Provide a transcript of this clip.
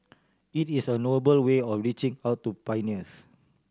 it is a noble way of reaching out to pioneers